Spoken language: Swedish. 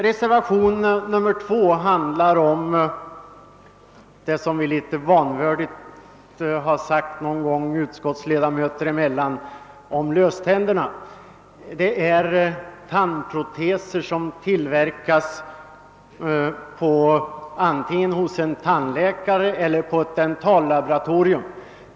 Reservationen 2 gäller frågan om löständerna, såsom vi något informellt någon gång sagt till varandra inom utskottet, d.v.s. spörsmålet om undantagande från mervärdeskatt för tandproteser som tillverkas antingen av tandläkare eller på dentallaboratorier.